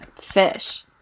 fish